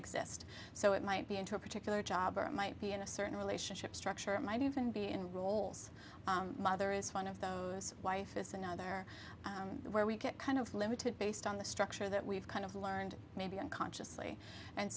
exist so it might be into a particular job or it might be in a certain relationship structure might even be in roles mother is one of those life is another where we get kind of limited based on the structure that we've kind of learned maybe unconsciously and